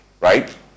right